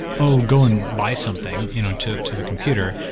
oh, go and buy something you know to to the computer.